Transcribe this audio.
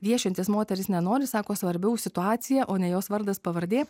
viešintis moteris nenori sako svarbiau situacija o ne jos vardas pavardė